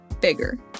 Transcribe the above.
Bigger